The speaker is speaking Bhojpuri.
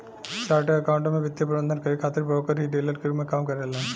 चार्टर्ड अकाउंटेंट में वित्तीय प्रबंधन करे खातिर ब्रोकर ही डीलर के रूप में काम करेलन